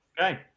Okay